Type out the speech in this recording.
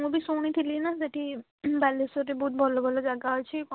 ମୁଁ ବି ଶୁଣିଥିଲି ନା ସେଇଠି ବାଲେଶ୍ୱରରେ ବହୁତ ଭଲ ଭଲ ଜାଗା ଅଛି